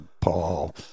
Paul